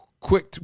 quick